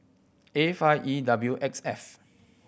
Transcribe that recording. A five E W X F